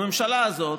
הממשלה הזאת,